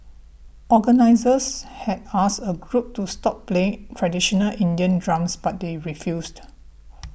organisers had asked a group to stop playing traditional Indian drums but they refused